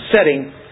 setting